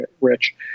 rich